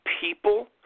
people